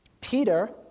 Peter